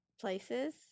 places